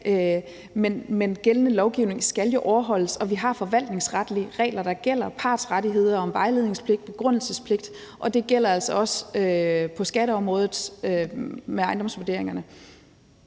men gældende lovgivning skal jo overholdes, og vi har forvaltningsretlige regler, der gælder i forhold til partsrettigheder og vejledningspligt og begrundelsespligt. Det gælder altså også på skatteområdet med ejendomsvurderingerne.